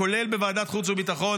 כולל בוועדת החוץ והביטחון,